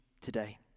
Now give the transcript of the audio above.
today